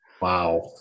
Wow